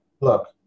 look